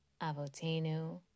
avotenu